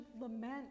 lament